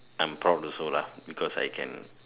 I'm proud also lah because I can